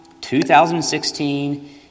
2016